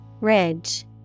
Ridge